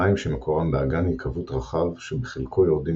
מים שמקורם באגן היקוות רחב שבחלקו יורדים